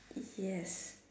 yes